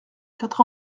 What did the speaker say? quatre